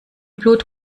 blut